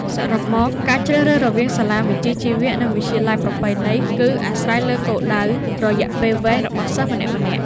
សរុបមក ការជ្រើសរើសរវាងសាលាវិជ្ជាជីវៈ និងវិទ្យាល័យប្រពៃណីគឺអាស្រ័យលើគោលដៅរយៈពេលវែងរបស់សិស្សម្នាក់ៗ។